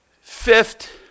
Fifth